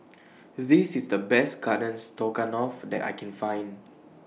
This IS The Best Garden Stroganoff that I Can Find